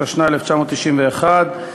התשנ"א 1991,